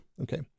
Okay